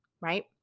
right